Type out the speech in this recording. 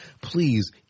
please